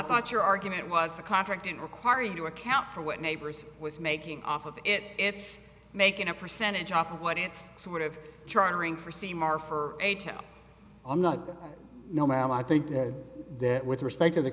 thought your argument was the contract didn't require you to account for what neighbors was making off of it it's making a percentage off of what it's sort of chartering for semur for a tow i'm not no man i think that that with respect to the